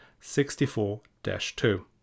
64-2